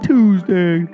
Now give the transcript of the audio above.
Tuesday